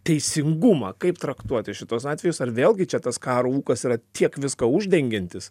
teisingumą kaip traktuoti šituos atvejus ar vėlgi čia tas karo ūkas yra tiek viską uždengiantis